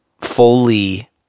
fully